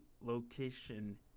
Location